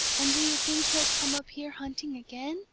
and do you think he'll come up here hunting again?